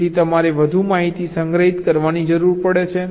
તેથી તમારે વધુ માહિતી સંગ્રહિત કરવાની જરૂર છે